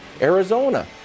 Arizona